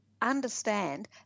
understand